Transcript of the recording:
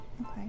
Okay